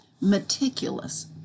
meticulous